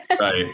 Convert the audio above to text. right